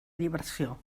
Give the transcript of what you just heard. diversió